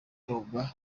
numva